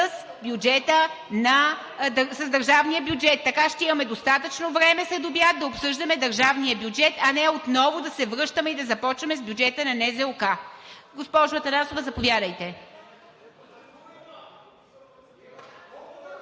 с държавния бюджет. Така ще имаме достатъчно време след обяд да обсъждаме държавния бюджет, а не отново да се връщаме и да започваме с бюджета на НЗОК. Госпожо Атанасова, заповядайте.